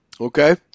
okay